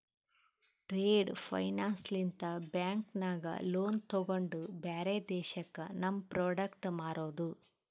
trade finance ಲಿಂತ bank ನಾಗ್ loan ತೊಗೊಂಡು ಬ್ಯಾರೆ ದೇಶಕ್ಕ ನಮ್ ಪ್ರೋಡಕ್ಟ್ ಮಾರೋದು